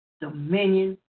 dominion